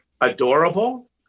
adorable